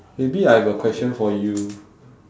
maybe I have a question for you